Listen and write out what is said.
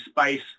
space